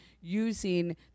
using